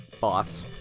boss